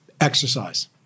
Exercise